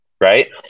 right